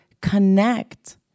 connect